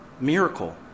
miracle